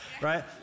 right